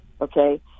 Okay